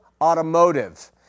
Automotive